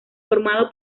formado